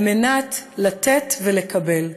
כדי לתת ולקבל,